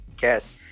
guess